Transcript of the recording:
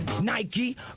Nike